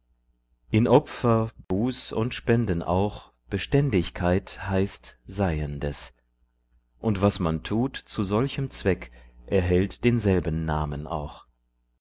in opfer buß und spenden auch beständigkeit heißt seiendes und was man tut zu solchem zweck erhält denselben namen auch